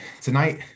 tonight